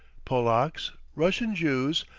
polaks, russian jews,